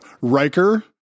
Riker